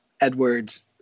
Edwards